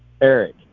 Eric